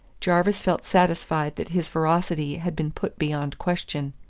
jarvis felt satisfied that his veracity had been put beyond question.